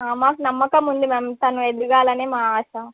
మాకు నమ్మకం ఉంది మ్యామ్ తను ఎదగాలనే మా ఆశ